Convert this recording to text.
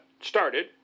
started